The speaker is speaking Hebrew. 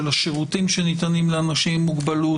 של השירותים שניתנים לאנשים עם מוגבלות